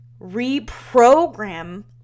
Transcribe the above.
reprogram